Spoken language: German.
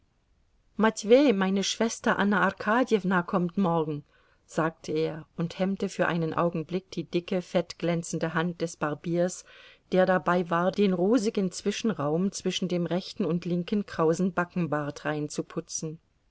matwei meine schwester anna arkadjewna kommt morgen sagte er und hemmte für einen augenblick die dicke fettglänzende hand des barbiers der dabei war den rosigen zwischenraum zwischen dem rechten und linken krausen